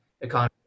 economy